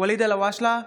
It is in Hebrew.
ואליד אלהואשלה,